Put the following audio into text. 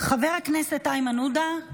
חבר הכנסת איימן עודה,